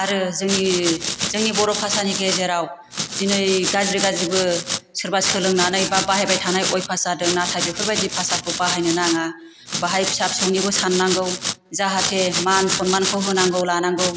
आरो जोंनि जोंनि बर' भाषानि गेजेराव दिनै गाज्रि गाज्रिबो सोरबा सोलोंनानै बा बाहायबाय थानानै अयबास जादों नाथाय बेफोरबादि भाषाखौ बाहायनो नाङा बाहाय फिसा फिसौनिबो सान्नांगौ जाहाथे मान सन्मानखौ होनांगौ लानांगौ